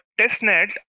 testnet